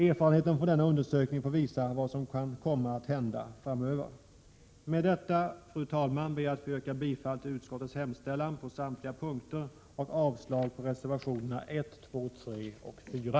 Erfarenheten från denna undersökning får visa vad som kan komma att hända framöver. Fru talman! Med detta ber jag att få yrka bifall till utskottets hemställan på samtliga punkter, vilket innebär avslag på reservationerna 1, 2, 3 och 4.